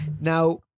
now